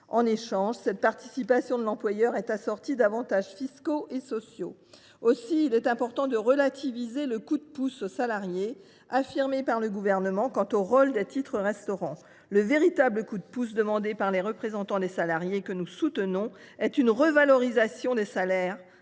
En échange, cette participation de l’employeur est assortie d’avantages fiscaux et sociaux. Aussi, il faut relativiser le coup de pouce aux salariés tant vanté par le Gouvernement. Le véritable coup de pouce demandé par les représentants des salariés que nous soutenons est une revalorisation des salaires,